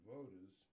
Voters